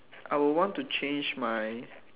I will want to change my